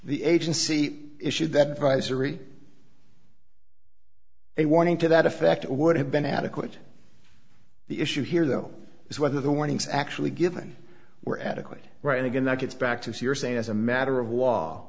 the agency issued that visor a warning to that effect would have been adequate the issue here though is whether the warnings actually given were adequate right and again that gets back to your saying as a matter of wall